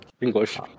english